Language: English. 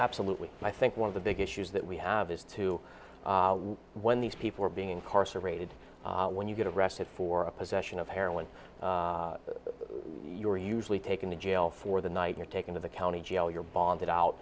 absolutely i think one of the big issues that we have is to when these people are being incarcerated when you get arrested for a possession of heroin you're usually taken to jail for the night you're taken to the county jail you're bonded out